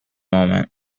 moment